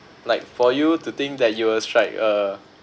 like for you to think that you will strike a